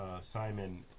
Simon